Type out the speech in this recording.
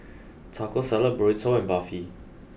Taco Salad Burrito and Barfi